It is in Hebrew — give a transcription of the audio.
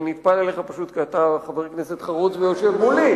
אני נטפל אליך פשוט כי אתה חבר כנסת חרוץ ויושב מולי,